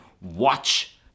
watch